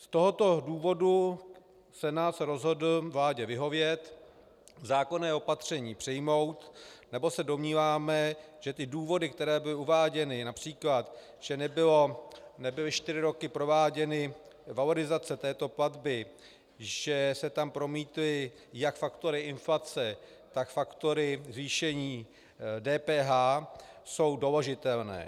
Z tohoto důvodu se Senát rozhodl vládě vyhovět, zákonné opatření přijmout, neboť se domníváme, že důvody, které byly uváděny, například že nebyly čtyři roky prováděny valorizace této platby, že se tam promítly jak faktory inflace, tak faktory zvýšení DPH, jsou doložitelné.